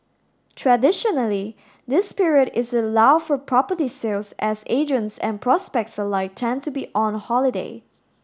traditionally this period is a lull for property sales as agents and prospects alike tend to be on holiday